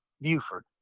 Buford